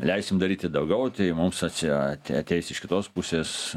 leisim daryti daugiau tai mums atsi ati ateis iš kitos pusės